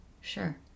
Sure